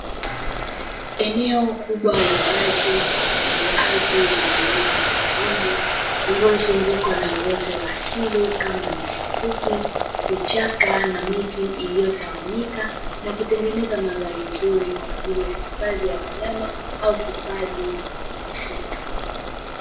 Eneo kubwa la wazi lenye ardhi yenye milima na mabonde, iliozungukwa na uoto wa asili kama nyasi fupi, vichaka na miti, iliyo tawanyika na kutengeneza mandhari nzuri kwa ajili ya hifadhi ya wanyama au hifadhi ya misitu.